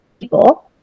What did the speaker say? people